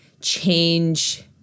change